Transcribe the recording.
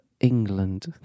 England